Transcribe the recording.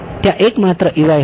ત્યાં એકમાત્ર હશે